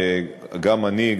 וגם אני,